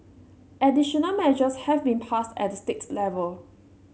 additional measures have been passed at the states level